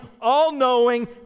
all-knowing